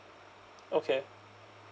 okay